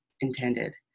intended